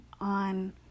on